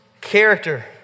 character